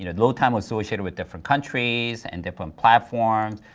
you know load time associated with different countries and different platforms,